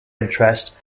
interest